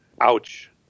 Ouch